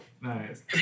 nice